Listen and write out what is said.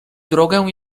drogę